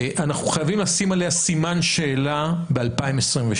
אנחנו חייבים לשים עליה סימן שאלה ב-2022.